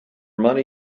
money